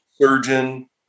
surgeon